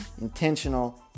intentional